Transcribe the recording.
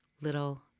little